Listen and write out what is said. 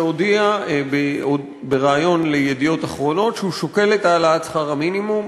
שהודיע בריאיון ל"ידיעות אחרונות" שהוא שוקל את העלאת שכר המינימום.